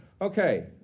Okay